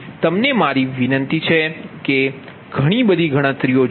તેથી તમને મારી વિનંતી છે કે ઘણી બધી ગણતરીઓ જુઓ